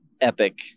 epic